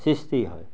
সৃষ্টি হয়